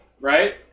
right